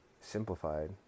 simplified